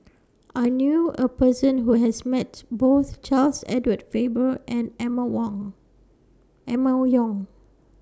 I knew A Person Who has Met Both Charles Edward Faber and Emma Wang Emma Yong